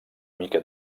mica